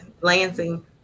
Lansing